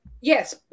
Yes